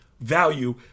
value